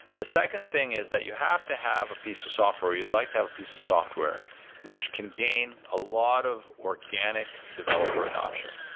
the second thing is that you have to have a piece of software. you'd like to have piece of software which can gain a lot of organic developer adaption,